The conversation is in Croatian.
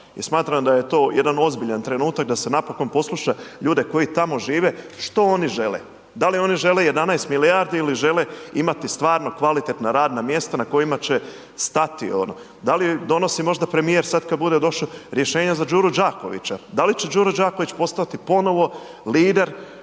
smatram da je to jedan ozbiljan trenutak da se napokon posluša ljude koji tamo žive što oni žele. Da li oni žele 11 milijardi ili žele imati stvarno kvalitetna radna mjesta na kojima će stati? Da li donosi možda premijer sada kada bude došao rješenje za Đuru Đakovića? Da li će Đuro Đaković postati ponovo lider